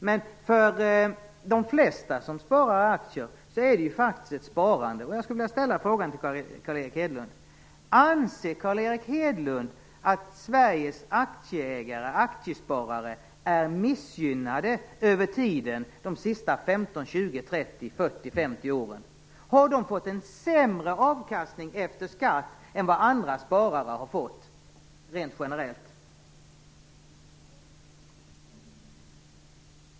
Men för de flesta som sparar i aktier är det faktiskt ett sparande. Carl Erik Hedlund att Sveriges aktieägare, Sveriges aktiesparare, är missgynnade över tiden, under de senaste 15-50 åren? Har de fått en sämre avkastning efter skatt än vad andra sparare har fått rent generellt?